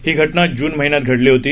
ही घटना जून महिन्यात घडली होती